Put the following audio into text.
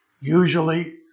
usually